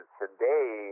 today